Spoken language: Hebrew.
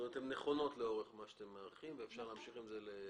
כלומר הן נכונות לאור מה שאתם מעריכים ואפשר להמשיך עם זה.